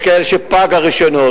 כי יש כאלה שפגו הרשיונות